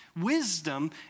Wisdom